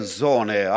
zone